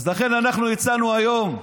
אז לכן אנחנו הצענו היום: